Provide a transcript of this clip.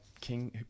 king